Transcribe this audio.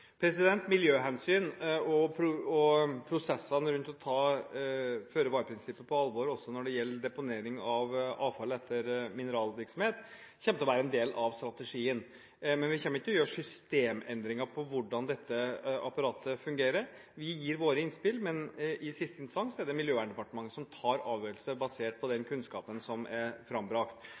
Miljøhensyn og prosessene rundt å ta føre-var-prinsippet på alvor også når det gjelder deponering av avfall etter mineralvirksomhet, kommer til å være en del av strategien. Men vi kommer ikke til å gjøre systemendringer på hvordan dette apparatet fungerer. Vi gir våre innspill, men i siste instans er det Miljøverndepartementet som tar avgjørelser basert på den kunnskapen som er